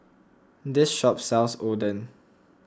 this shop sells Oden